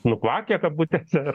nukvakę kabutėse